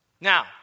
Now